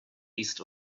east